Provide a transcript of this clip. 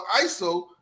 iso